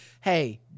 hey